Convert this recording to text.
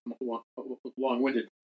long-winded